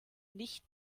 nicht